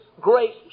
great